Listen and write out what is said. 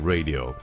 Radio